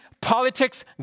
politics